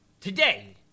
Today